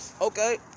Okay